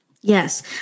Yes